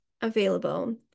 available